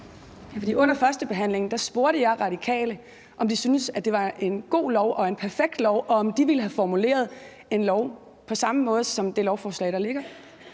Under førstebehandlingen spurgte jeg Radikale, om de syntes, det var et godt lovforslag og et perfekt lovforslag, og om de ville have formuleret et lovforslag på samme måde som det lovforslag, der ligger.